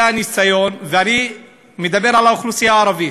זה הניסיון, ואני מדבר על האוכלוסייה הערבית.